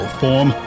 form